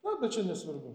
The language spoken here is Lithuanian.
na bet čia nesvarbu